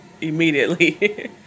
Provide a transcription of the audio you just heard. immediately